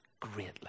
greatly